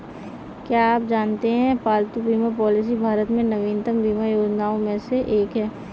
क्या आप जानते है पालतू बीमा पॉलिसी भारत में नवीनतम बीमा योजनाओं में से एक है?